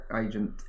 agent